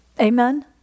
Amen